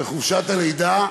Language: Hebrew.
בחופשת הלידה,